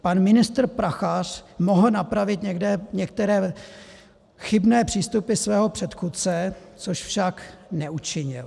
Pan ministr Prachař mohl napravit některé chybné přístupy svého předchůdce, což však neučinil.